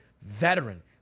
veteran